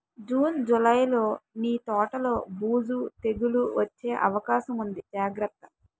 June, జూలైలో నీ తోటలో బూజు, తెగులూ వచ్చే అవకాశముంది జాగ్రత్త